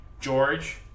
George